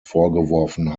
vorgeworfen